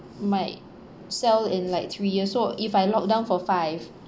might sell in like three years so if I locked down for five